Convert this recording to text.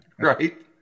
right